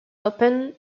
opened